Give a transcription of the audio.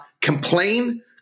complain